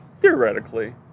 theoretically